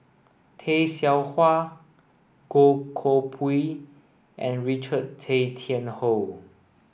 Tay Seow Huah Goh Koh Pui and Richard Tay Tian Hoe